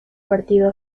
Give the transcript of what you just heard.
partido